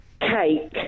cake